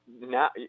now